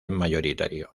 mayoritario